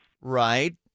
Right